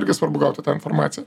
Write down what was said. irgi svarbu gauti tą informaciją